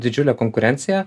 didžiulė konkurencija